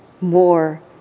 more